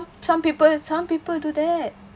some people some people do that